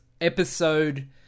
episode